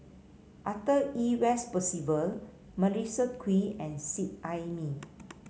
Arthur Ernest Percival Melissa Kwee and Seet Ai Mee